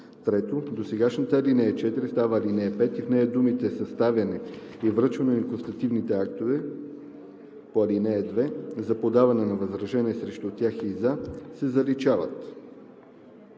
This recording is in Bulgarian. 3. Досегашната ал. 4 става ал. 5 и в нея думите „съставяне и връчване на констативните актове по ал. 2, за подаване на възражения срещу тях и за“ се заличават.“